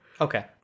Okay